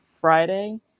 Friday